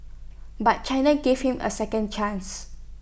but China gave him A second chance